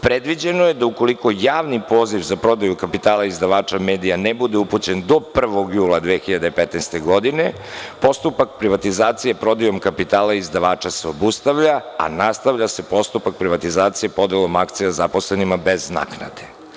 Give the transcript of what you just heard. Predviđeno je da ukoliko javni poziv za prodaju kapitala i izdavača medija ne bude upućen do 1. jula 2015. godine postupak privatizacije prodajom kapitala izdavača se obustavlja, a nastavlja se postupak privatizacije podelom akcija zaposlenima, bez naknade.